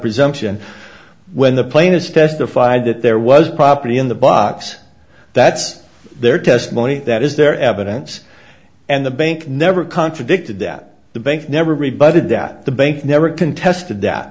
presumption when the plane has testified that there was a property in the box that's their testimony that is their evidence and the bank never contradicted that the bank never rebutted that the bank never contest